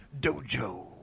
Dojo